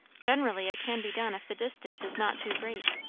generally it can be done if the distance is not too great,